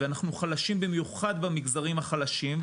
ואנחנו חלשים במיוחד במגזרים החלשים,